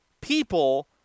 people